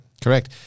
Correct